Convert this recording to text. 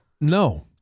No